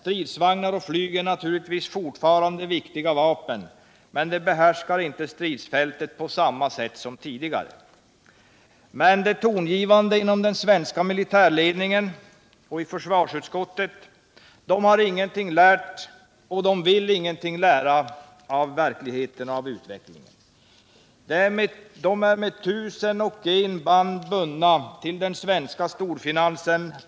Stridsvagnar och flyg är naturligtvis fortfarande viktiga vapen, men de behärskar inte stridsfältet på samma sätt som tidigare.” De tongivande inom den svenska militärledningen och i försvarsutskottet har ingenting lärt och vill ingenting lära av verkligheten och av utvecklingen. De är med tusen och ett band bundna till den svenska storfinansen.